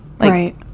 Right